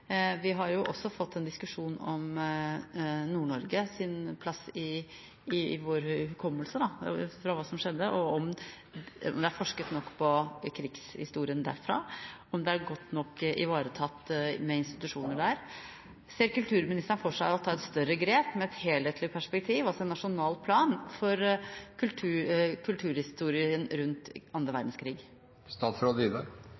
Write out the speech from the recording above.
Vi har også fått en diskusjon om Nord-Norges plass i vår hukommelse fra hva som skjedde, om det er forsket nok på krigshistorien derfra, og om det er godt nok ivaretatt med institusjoner der. Ser kulturministeren for seg å ta et større grep med et helhetlig perspektiv, altså en nasjonal plan for kulturhistorien rundt